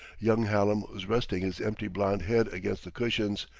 young hallam was resting his empty blond head against the cushions,